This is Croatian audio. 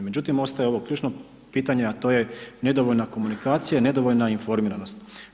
Međutim, ostaje ovo ključno pitanje a to je nedovoljna komunikacija i nedovoljna informiranost.